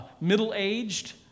middle-aged